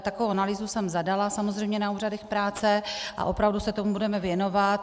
Takovou analýzu jsem zadala samozřejmě na úřadech práce a opravdu se tomu budeme věnovat.